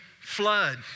flood